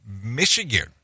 Michigan